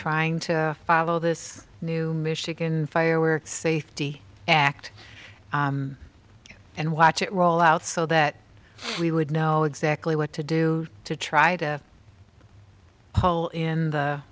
trying to follow this new michigan fire safety act and watch it roll out so that we would know exactly what to do to try to zero in the